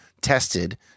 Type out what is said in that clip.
tested